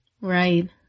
Right